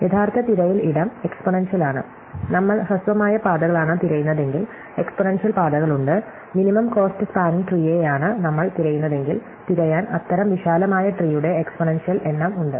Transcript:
യഥാർത്ഥ തിരയൽ ഇടം എക്സ്പോണൻഷ്യൽ ആണ് നമ്മൾ ഹ്രസ്വമായ പാതകളാണ് തിരയുന്നതെങ്കിൽ എക്സ്പോണൻഷ്യൽ പാതകളുണ്ട് മിനിമം കോസ്റ്റ് സ്പാനിംഗ് ട്രീയെയാണ് നമ്മൾ തിരയുന്നതെങ്കിൽ തിരയാൻ അത്തരം വിശാലമായ ട്രീയുടെ എക്സ്പോണൻഷ്യൽ എണ്ണം ഉണ്ട്